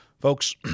Folks